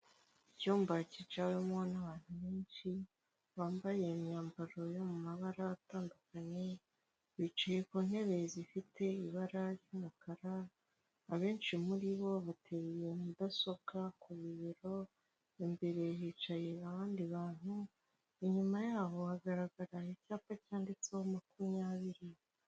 Icyumba cyicawemo n'abantu benshi bambaye imyambaro yo mu mabara atandukanye, bicaye ku ntebe zifite ibara ry'umukara, abenshi muri bo bateye iyo mudasobwa ku bibero, imbere hicaye abandi bantu, inyuma yabo hagaragara icyapa cyanditseho makumyabiri.